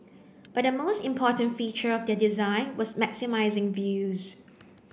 but the most important feature of their design was maximising views